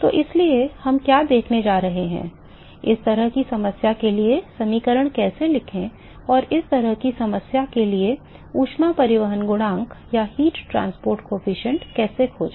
तो इसलिए हम क्या देखने जा रहे हैं इस तरह की समस्या के लिए समीकरण कैसे लिखें और इस तरह की समस्या के लिए ऊष्मा परिवहन गुणांक कैसे खोजें